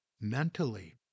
mentally